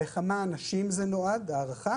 לכמה אנשים זה נועד בהערכה